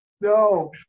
no